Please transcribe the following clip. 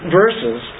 verses